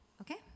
Okay